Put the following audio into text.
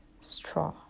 straw